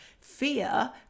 fear